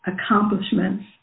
accomplishments